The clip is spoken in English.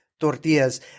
tortillas